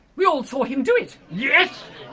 we all saw him do it. yes.